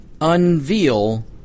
unveil